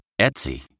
Etsy